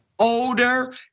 older